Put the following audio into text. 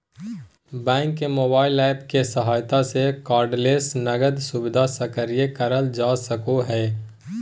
bank के mobile app के सहायता से कार्डलेस नकद सुविधा सक्रिय करल जा सको हय